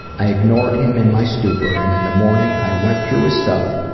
i ignored him in my stupor and in the morning i went through his stuff,